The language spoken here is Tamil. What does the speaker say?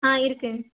ஆ இருக்குது